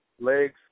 legs